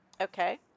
Okay